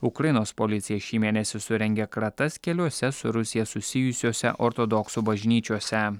ukrainos policija šį mėnesį surengė kratas keliose su rusija susijusiose ortodoksų bažnyčiose